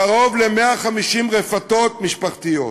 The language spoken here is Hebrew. קרוב ל-150 רפתות משפחתיות.